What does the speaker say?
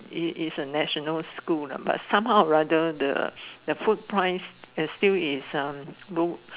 it is a national school lah but some how rather the food price is still is a